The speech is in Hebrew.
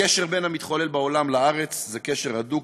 הקשר בין המתחולל בעולם למתחולל ארץ הוא קשר הדוק,